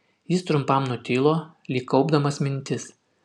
jis trumpam nutilo lyg kaupdamas mintis